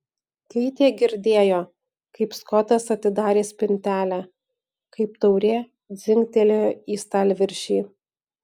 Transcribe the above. keitė girdėjo kaip skotas atidarė spintelę kaip taurė dzingtelėjo į stalviršį